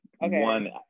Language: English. one